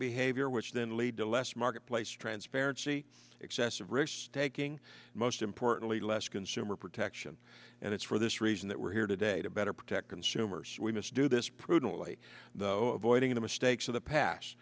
behavior which then lead to less marketplace transparency excessive risk taking most importantly less consumer protection and it's for this reason that we're here today to better protect consumers we must do this prudently though avoiding the mistakes of the past